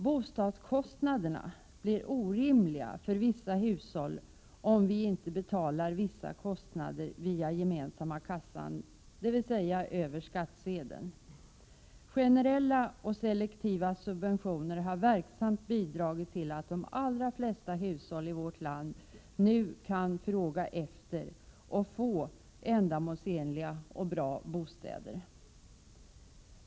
Bostadskostnaderna blir orimliga för vissa hushåll, om vi inte betalar vissa kostnader via gemensamma kassan, dvs. över skattsedeln. Generella och selektiva subventioner har verksamt bidragit till att de allra flesta hushåll i vårt land nu kan efterfråga och få ändamålsenliga och bra bostäder.